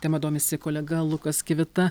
tema domisi kolega lukas kivita